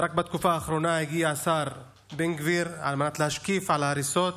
ורק בתקופה האחרונה הגיע השר בן גביר על מנת להשקיף על ההריסות